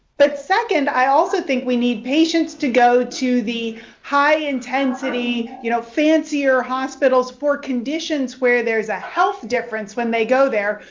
but second, i also think we need patients to go to the high-intensity, you know fancier hospitals for conditions where there is a health difference when they go there,